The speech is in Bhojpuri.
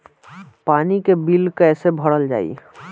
पानी के बिल कैसे भरल जाइ?